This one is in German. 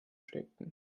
steckten